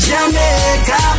Jamaica